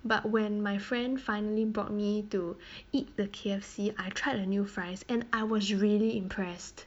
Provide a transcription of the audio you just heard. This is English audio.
but when my friend finally brought me to eat the K_F_C I tried the new fries and I was really impressed